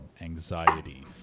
anxiety